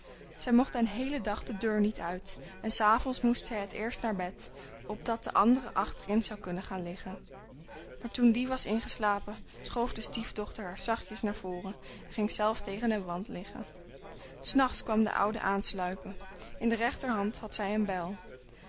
zij mocht den heelen dag de deur niet uit en s avonds moest zij het eerst naar bed opdat de andere achterin zou kunnen gaan liggen maar toen die was ingeslapen schoof de stiefdochter haar zachtjes naar voren en ging zelf tegen den wand liggen s nachts kwam de oude aansluipen in de rechterhand had zij een bijl